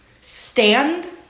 stand